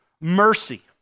Mercy